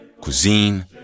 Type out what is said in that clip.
cuisine